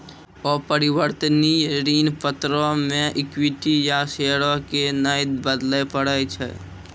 अपरिवर्तनीय ऋण पत्रो मे इक्विटी या शेयरो के नै बदलै पड़ै छै